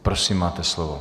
Prosím, máte slovo.